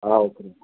okay madam